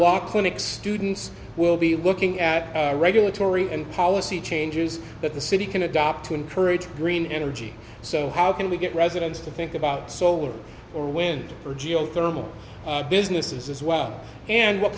law clinic students will be looking at regulatory and policy changes that the city can adopt to encourage green energy so how can we get residents to think about solar or wind or geothermal businesses as well and what